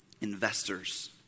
investors